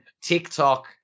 TikTok